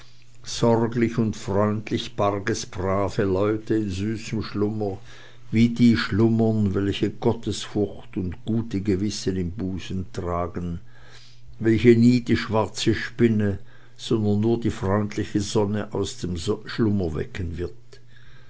sorglich und freundlich barg es brave leute in süßem schlummer wie die schlummern welche gottesfurcht und gute gewissen im busen tragen welche nie die schwarze spinne sondern nur die freundliche sonne aus dem schlummer wecken wird